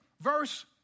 Verse